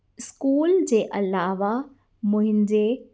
school जे अलावा मुंहिंजे